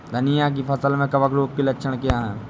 धनिया की फसल में कवक रोग के लक्षण क्या है?